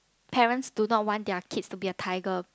parents do not want their kid to be a tiger